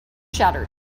shattered